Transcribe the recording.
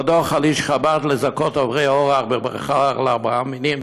או דוח לאיש חב"ד לזכות עוברי אורח בברכה על ארבעת המינים